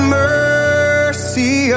mercy